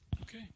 Okay